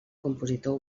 compositor